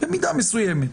במידה מסוימת.